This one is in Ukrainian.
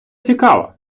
цікава